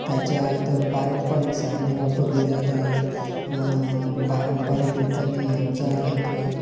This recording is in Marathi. त्याच्यात पारंपरिक साधने वापरली जातात पारंपरिक रीतीने आमचा एक